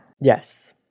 Yes